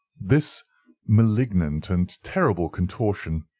this malignant and terrible contortion,